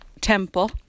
temple